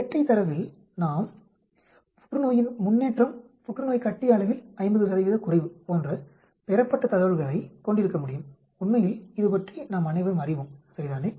இரட்டை தரவில் நாம் புற்றுநோயின் முன்னேற்றம் புற்றுநோய் கட்டி அளவில் 50 குறைவு போன்ற பெறப்பட்ட தகவல்களை கொண்டிருக்க முடியும் உண்மையில் இது பற்றி நாம் அனைவரும் அறிவோம் சரிதானே